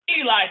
Eli